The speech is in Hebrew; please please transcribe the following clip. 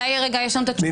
נפל.